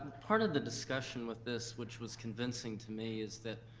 part of the discussion with this which was convincing to me is that,